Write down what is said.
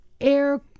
air